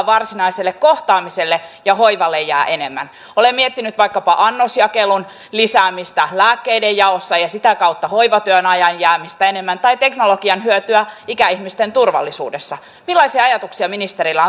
varsinaiselle kohtaamiselle ja hoivalle jää enemmän olen miettinyt vaikkapa annosjakelun lisäämistä lääkkeiden jaossa ja sitä kautta hoivatyöhön ajan jäämistä enemmän tai teknologian hyötyä ikäihmisten turvallisuudessa millaisia ajatuksia ministerillä